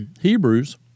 Hebrews